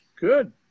Good